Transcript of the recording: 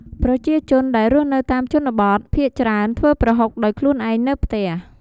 ប្រជាជនដែលរស់នៅតាមជនបទភាគច្រើនធ្វេីប្រហុកដោយខ្លួនឯងនៅផ្ទះ។